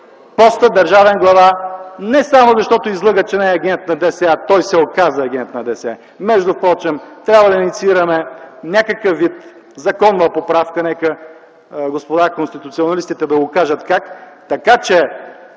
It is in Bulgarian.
поста държавен глава не само защото излъга, че не е агент на ДС. Той се оказа агент на ДС. Междупрочем, трябва да инициираме някакъв вид законна поправка, нека господа конституционалистите да го кажат как, така че